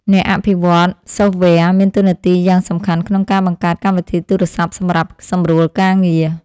អ្នកអភិវឌ្ឍន៍សូហ្វវែរមានតួនាទីយ៉ាងសំខាន់ក្នុងការបង្កើតកម្មវិធីទូរស័ព្ទសម្រាប់សម្រួលការងារ។